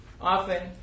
Often